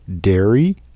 dairy